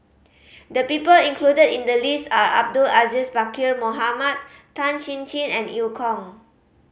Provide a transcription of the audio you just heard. the people included in the list are Abdul Aziz Pakkeer Mohamed Tan Chin Chin and Eu Kong